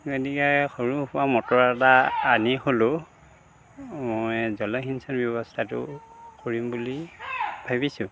গতিকে সৰু সুৰা মটৰ এটা আনি হ'লেও মই জলসিঞ্চন ব্যৱস্থাটো কৰিম বুলি ভাবিছোঁ